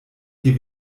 hier